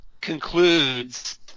concludes